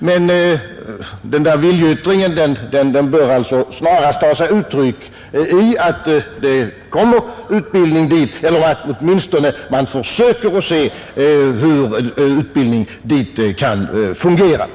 Men denna viljeyttring bör snarast ta sig uttryck i att utbildning kommer till dessa orter eller att man åtminstone försöker att se hur utbildningen kan fungera där.